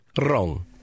wrong